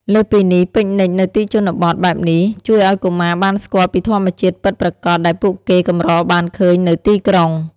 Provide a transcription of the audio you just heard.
លើសពីនេះ ពិកនិចនៅទីជនបទបែបនេះជួយឲ្យកុមារបានស្គាល់ពីធម្មជាតិពិតប្រាកដដែលពួកគេកម្របានឃើញនៅទីក្រុង។